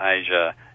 Asia